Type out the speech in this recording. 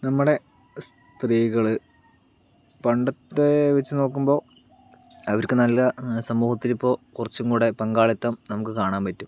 നമ്മുടെ സ്ത്രീകൾ പണ്ടത്തെ വെച്ച് നോക്കുമ്പോൾ അവർക്ക് നല്ല സമൂഹത്തിൽ ഇപ്പോൾ കുറച്ചുംകൂടെ പങ്കാളിത്തം നമുക്ക് കാണാൻ പറ്റും